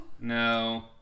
No